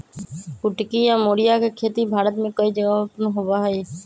कुटकी या मोरिया के खेती भारत में कई जगहवन पर होबा हई